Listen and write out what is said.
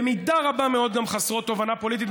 ובמידה רבה מאוד גם חסרות תובנה פוליטית,